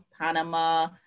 Panama